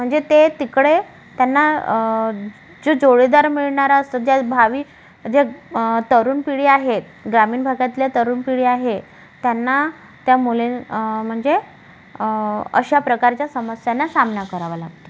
म्हणजे ते तिकडे त्यांना जो जोडीदार मिळणारा असतो ज्या भावी ज्या तरुण पिढी आहे ग्रामीण भागातल्या तरुण पिढी आहे त्यांना त्या मुली म्हनजे अशा प्रकारच्या समस्यांना सामना करावा लागतो